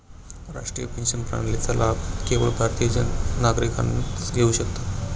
राष्ट्रीय पेन्शन प्रणालीचा लाभ केवळ भारतीय नागरिकच घेऊ शकतो